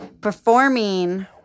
performing